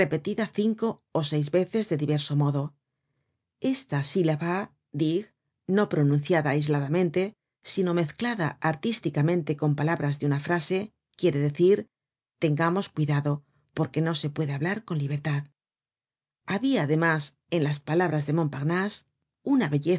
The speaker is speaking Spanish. cinco ó seis veces de diverso modo esta sílaba dig no pronunciada aisladamente sino mezclada artísticamente con palabras de una frase quiere decir tengamos cuidado porque no se puede hablar con libertad habia además en las palabras de montparnase una belleza